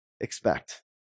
expect